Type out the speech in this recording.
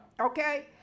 okay